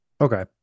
Okay